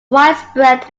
widespread